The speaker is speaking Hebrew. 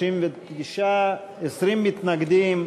39, 20 מתנגדים,